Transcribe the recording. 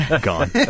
Gone